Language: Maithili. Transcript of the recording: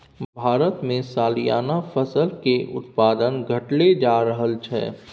भारतमे सलियाना फसल केर उत्पादन घटले जा रहल छै